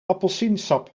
appelsiensap